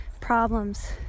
problems